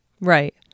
Right